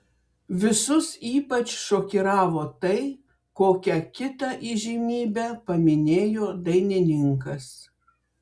visus ypač šokiravo tai kokią kitą įžymybę paminėjo dainininkas